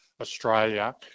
Australia